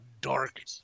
dark